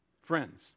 Friends